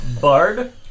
Bard